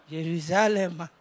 Jerusalem